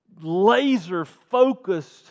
laser-focused